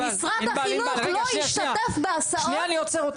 משרד החינוך לא השתתף בהסעות".